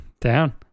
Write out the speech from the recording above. Down